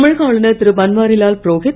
தமிழக ஆளுனர் திருபன்வாரிலால் புரோகித்